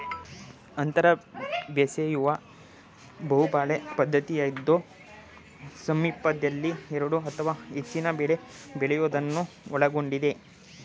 ಅಂತರ ಬೇಸಾಯವು ಬಹುಬೆಳೆ ಪದ್ಧತಿಯಾಗಿದ್ದು ಸಾಮೀಪ್ಯದಲ್ಲಿ ಎರಡು ಅಥವಾ ಹೆಚ್ಚಿನ ಬೆಳೆ ಬೆಳೆಯೋದನ್ನು ಒಳಗೊಂಡಿದೆ